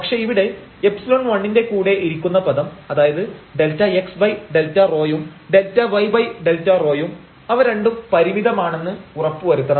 പക്ഷേ ഇവിടെ ϵ1 ൻറെ കൂടെ ഇരിക്കുന്ന പദം അതായത് ΔxΔρ ഉം ΔyΔρ ഉം അവ രണ്ടും പരിമിതമാണെന്ന് ഉറപ്പുവരുത്തണം